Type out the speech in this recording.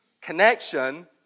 connection